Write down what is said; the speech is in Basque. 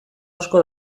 asko